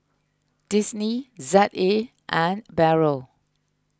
Disney Z A and Barrel